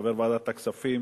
כחבר ועדת הכספים,